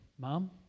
mom